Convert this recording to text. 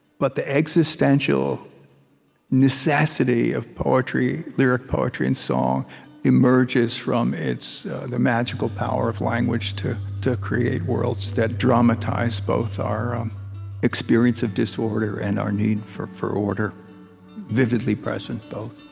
but the existential necessity of poetry lyric poetry and song emerges from the magical power of language to to create worlds that dramatize both our um experience of disorder and our need for for order vividly present, both